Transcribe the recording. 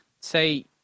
say